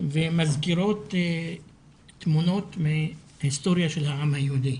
ומזכירות תמונות מההיסטוריה של העם היהודי